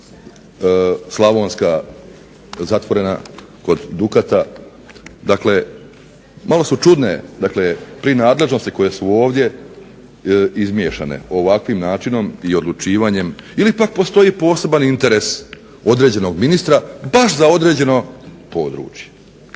slavonska zatvorena kod Dukata. Dakle malo su čudne dakle prinadležnosti koje su ovdje izmiješane ovakvim načinom i odlučivanjem ili pak postoji poseban interes određenog ministra baš za određeno područje.